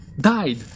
Died